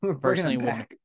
personally